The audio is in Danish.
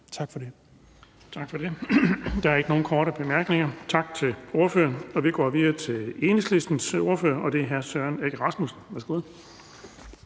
Tak for det.